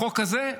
החוק הזה,